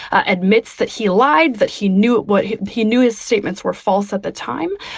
admits that he lied, that he knew what he knew his statements were false at the time.